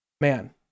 man